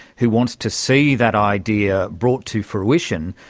who wants to see that idea brought to fruition,